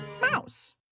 Mouse